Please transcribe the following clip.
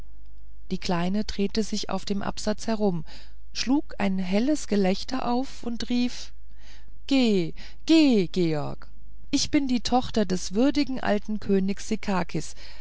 die kleine drehte sich auf dem absatz herum schlug ein helles gelächter auf und rief geht geht george bin ich die tochter des würdigen alten königs